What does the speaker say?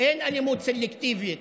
אין אלימות סלקטיבית.